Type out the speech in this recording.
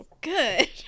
good